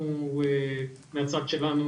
אנחנו מהצד שלנו,